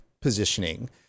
positioning